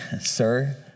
sir